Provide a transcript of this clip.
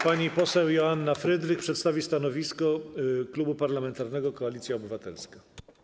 Pani poseł Joanna Frydrych przedstawi stanowisko Klubu Parlamentarnego Koalicja Obywatelska.